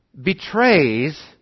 betrays